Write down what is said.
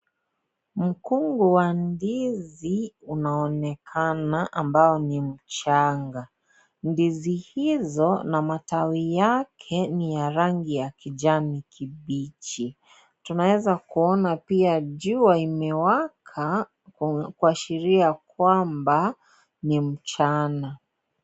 Mkungu wa ndizi unaonekana ambao ni mchanga, ndizi hizo na matawi yake ni ya rangi ya kijani kibichi, tunaweza kuona pia jua imewaka kuashiria ya kwamba ni mchana .